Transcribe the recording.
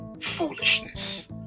foolishness